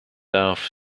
auf